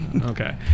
Okay